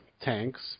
tanks